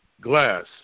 glass